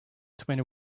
twenty